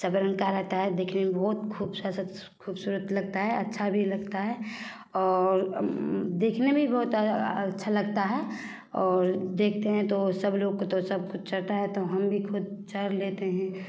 सब रंग का रहता है देखने में बहुत ख़ूबसूरत लगता है अच्छा भी लगता है और देखने में भी बहुत अच्छा लगता है और देखते हैं तो सब लोग को तो सब कुछ चढ़ता है तो हम भी खुद चढ़ लेते हैं